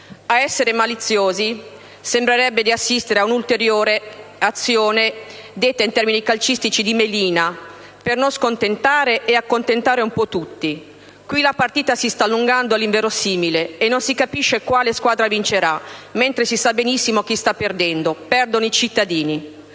Ad essere maliziosi, sembrerebbe di assistere ad un'ulteriore azione di melina (detta in termini calcistici), per non scontentare ed accontentare un po' tutti. Qui la partita si sta allungando all'inverosimile e non si capisce quale squadra vincerà, mentre si sa benissimo chi sta perdendo: perdono i cittadini.